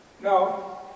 No